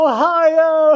Ohio